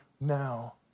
now